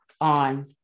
on